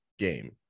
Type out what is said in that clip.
game